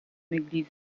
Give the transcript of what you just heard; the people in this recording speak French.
église